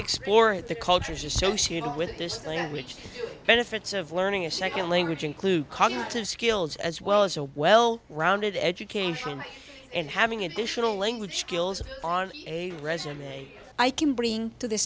explore the cultures associated with this language benefits of learning a second language include cognitive skills as well as a well rounded education and having additional language skills on a resume i can bring to the